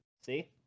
See